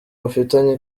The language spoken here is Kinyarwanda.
bafitanye